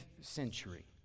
century